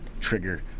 trigger